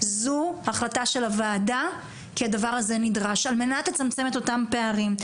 זו החלטה של הוועדה כי הדבר הזה נדרש על מנת לצמצם את אותם פערים,